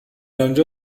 انجا